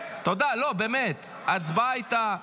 ההצבעה הייתה.